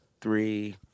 three